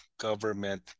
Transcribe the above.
government